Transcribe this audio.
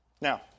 Now